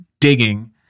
Digging